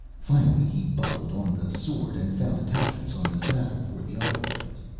finally, he buckled on the sword and found attachments on the saddle for the other weapons.